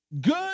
Good